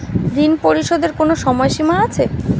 ঋণ পরিশোধের কোনো সময় সীমা আছে?